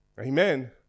Amen